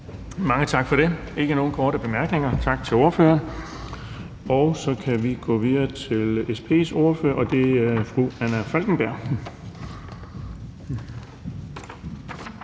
Mange tak for det. Der er ikke nogen korte bemærkninger. Tak til ordføreren. Så kan vi gå videre til SP's ordfører, og det er fru Anna Falkenberg.